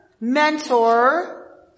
Mentor